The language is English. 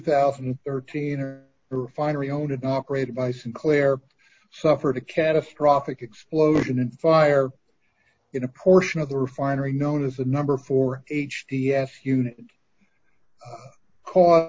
thousand and thirteen are refinery owned and operated by sinclair suffered a catastrophic explosion and fire in a portion of the refinery known as the number four h p f unit caught